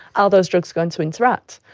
are those drugs going to interact.